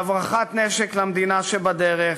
בהברחת נשק למדינה שבדרך,